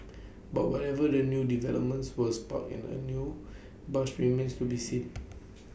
but wherever the new developments were spark in A new buzz remains to be seen